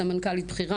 סמנכ"לית בכירה,